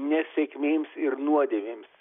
nesėkmėms ir nuodėmėms